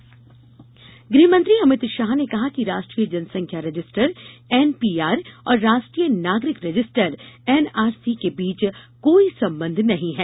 अमित शाह गृहमंत्री अमित शाह ने कहा है कि राष्ट्रीय जनसंख्या रजिस्टर एनपीआर और राष्ट्रीय नागरिक रजिस्टर एनआरसी के बीच कोई संबंध नहीं है